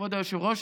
כבוד היושב-ראש,